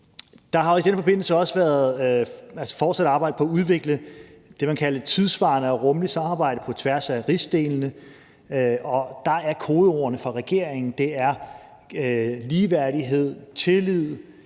Der har i den forbindelse også fortsat været arbejdet på at udvikle det, man kaldte et tidssvarende og rummeligt samarbejde på tværs af rigsdelene. Der er kodeordene for regeringen ligeværdighed, tillid,